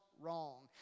wrong